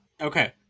Okay